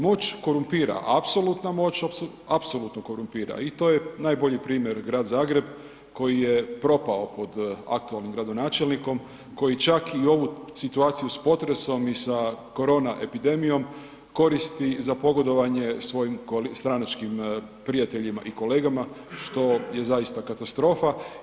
Moć korumpira apsolutna moć apsolutno korumpira i to je najbolji primjer grad Zagreb koji je propao pod aktualnim gradonačelnikom koji čak i ovu situaciju s potresom i sa korona epidemijom koristi za pogodovanje svojim stranačkim prijateljima i kolegama što je zaista katastrofa.